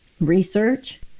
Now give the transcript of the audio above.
research